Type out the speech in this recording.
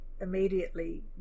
immediately